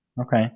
okay